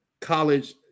college